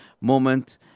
moment